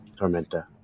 Tormenta